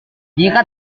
jika